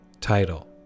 Title